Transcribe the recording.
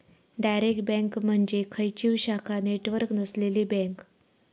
direct bank म्हणजे खंयचीव शाखा नेटवर्क नसलेली बँक